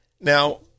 now